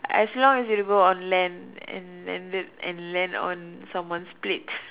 as long as you don't go on land and landed land on someone's plate